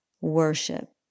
worship